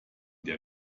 der